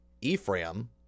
Ephraim